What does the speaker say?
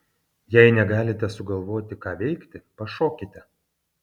jei negalite sugalvoti ką veikti pašokite